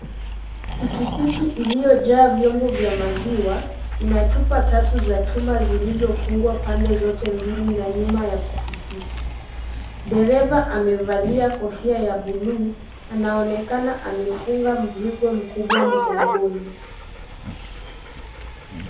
Pikipiki iliyojaa vyombo vya maziwa ina picha tatu za chuma zilizofungwa pande zote mbili na nyuma ya pikipiki, dereva amevalia kofia ya bluu, anaonekana amefunga mzigo mkubwa mgongoni.